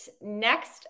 Next